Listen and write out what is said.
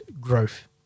growth